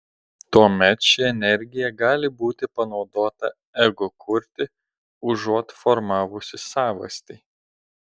tuomet ši energija gali būti panaudota ego kurti užuot formavus savastį